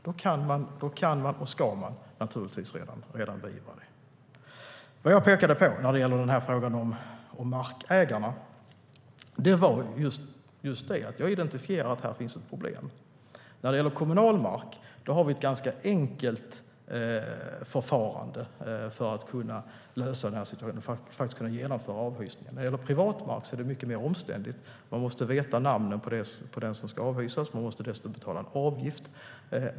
Dessa kan och ska naturligtvis beivras. Vad jag pekade på när det gäller frågan om markägarna var att vi har identifierat ett problem där. När det gäller kommunal mark har vi ett ganska enkelt förfarande för att kunna lösa situationen och genomföra en avhysning. När det gäller privat mark är det mycket mer omständligt. Man måste veta namnet på den som ska avhysas och dessutom betala en avgift.